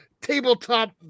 tabletop